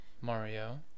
Mario